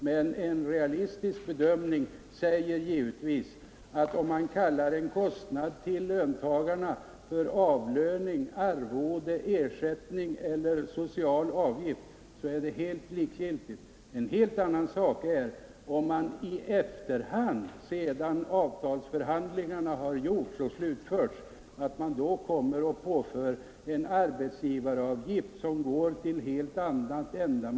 Men en realistisk bedömning säger att det är helt likgiltigt om man kallar en kostnad som man har för löntagarna för avlöning, arvode, ersättning eller social avgift. En helt annan sak är om man i efterhand, sedan avtalsförhandlingarna slutförts, påför arbetsgivarna en avgift som går till helt annat ändamål i statens budget än till det här avsedda.